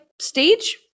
stage